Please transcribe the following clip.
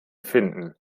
finden